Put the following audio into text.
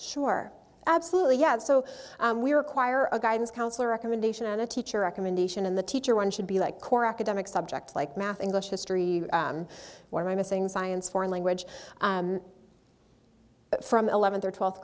sure absolutely yeah so we require a guidance counselor recommendation on a teacher recommendation and the teacher one should be like or academic subjects like math english history what am i missing science foreign language from eleventh or twelfth